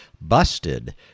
busted